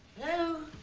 no